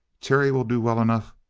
terry will do well enough.